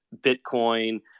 Bitcoin